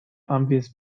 obvious